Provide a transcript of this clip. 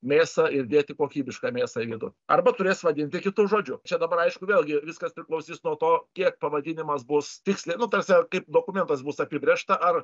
mėsą ir dėti kokybišką mėsą į vidų arba turės vadinti kitu žodžiu čia dabar aišku vėlgi viskas priklausys nuo to kiek pavadinimas bus tiksliai nu taprasme kaip dokumentuose bus apibrėžta ar